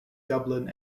dublin